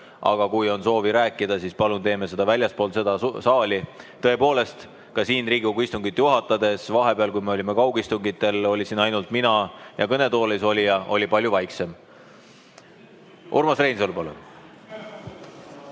aga kui on soovi rääkida, siis palun teeme seda väljaspool saali. Tõepoolest, Riigikogu istungit juhatades vahepeal, kui pidasime kaugistungeid, olin siin ainult mina ja kõnetoolis olija ning oli palju vaiksem. Urmas Reinsalu,